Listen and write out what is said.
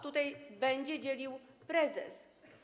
Tutaj będzie dzielił prezes.